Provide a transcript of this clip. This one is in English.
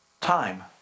time